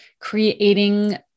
creating